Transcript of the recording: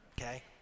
okay